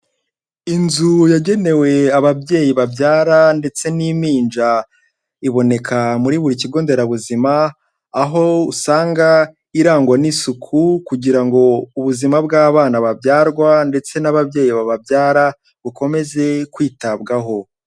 Inzu yagenewe ababyeyi babyara ndetse n'impinja, iboneka muri buri kigo nderabuzima aho usanga irangwa n'isuku kugira ngo ubuzima bw'abana babyarwa ndetse n'ababyeyi bababyara bukomeze kwitabwaho.